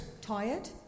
Tired